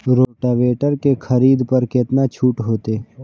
Rotavator के खरीद पर केतना छूट होते?